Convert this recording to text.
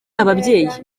ababyeyi